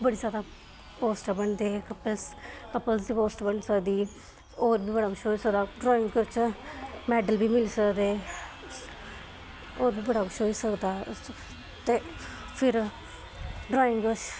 बड़ी जैदा पोस्टर बनदे कपल्स कपल्स दे पोस्टर बनी सकदी होर बी बड़ा कुछ होई सकदा ड्राइंग करचै मैडल बी मिली सकदे होर बी बड़ा कुछ होई सकदा ऐ ते फिर ड्रांइग